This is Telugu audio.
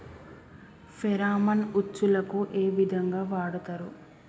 ఫెరామన్ ఉచ్చులకు ఏ విధంగా వాడుతరు?